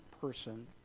person